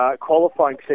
qualifying